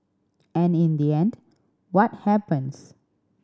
and in the end what happens